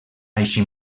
així